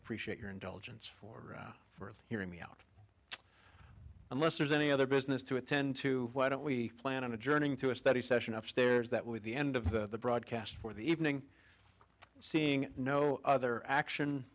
appreciate your indulgence for for hearing me out unless there's any other business to attend to why don't we plan on adjourning through a study session upstairs that with the end of the broadcast for the evening seeing no other action